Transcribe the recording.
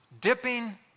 dipping